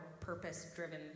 purpose-driven